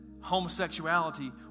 homosexuality